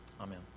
Amen